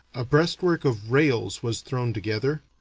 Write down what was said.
a breastwork of rails was thrown together,